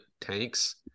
tanks